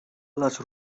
les